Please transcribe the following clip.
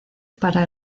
para